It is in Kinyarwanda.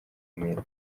mill